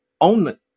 own